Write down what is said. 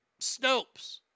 Snopes